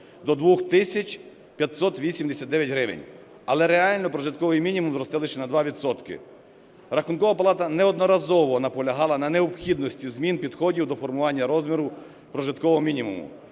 589 гривень. Але реально прожитковий мінімум зросте лише на 2 відсотки. Рахункова палата неодноразово наполягала на необхідності змін підходів до формування розміру прожиткового мінімуму,